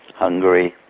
hungary,